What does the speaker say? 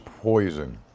poison